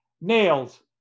nails